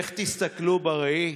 איך תסתכלו בראי,